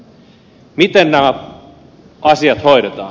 miten nämä asiat hoidetaan